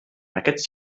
aquests